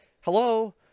Hello